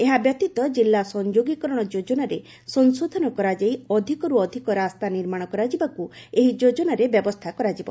ଏହା ବ୍ୟତୀତ କିଲ୍ଲା ସଂଯୋଗୀକରଶ ଯୋଜନାରେ ସଂଶୋଧନ କରାଯାଇ ଅଧିକରୁ ଅଧିକ ରାସ୍ତା ନିର୍ମାଣ କରାଯିବାକୁ ଏହି ଯୋଜନାରେ ବ୍ୟବସ୍ଥା କରାଯିବ